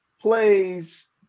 plays